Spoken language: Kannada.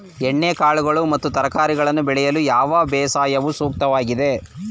ಎಣ್ಣೆಕಾಳುಗಳು ಮತ್ತು ತರಕಾರಿಗಳನ್ನು ಬೆಳೆಯಲು ಯಾವ ಬೇಸಾಯವು ಸೂಕ್ತವಾಗಿದೆ?